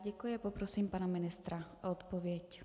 Děkuji a poprosím pana ministra o odpověď.